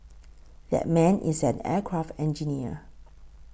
that man is an aircraft engineer